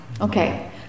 Okay